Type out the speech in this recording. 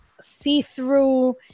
see-through